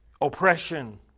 oppression